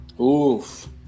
Oof